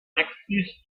exist